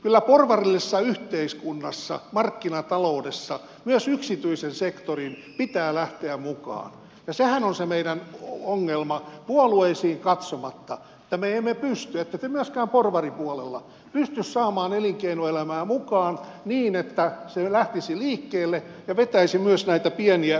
kyllä porvarillisessa yhteiskunnassa markkinataloudessa myös yksityisen sektorin pitää lähteä mukaan ja sehän on se meidän ongelma puolueisiin katsomatta että me emme pysty ettekä te myöskään porvaripuolella pysty saamaan elinkeinoelämää mukaan niin että se lähtisi liikkeelle ja vetäisi myös pieniä yrityksiä mukaan